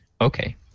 Okay